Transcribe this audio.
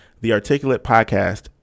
thearticulatepodcast